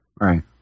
Right